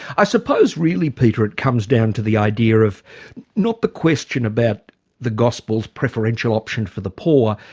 i suppose really, peter, it comes down to the idea of not the question about the gospel's preferential option for the poor,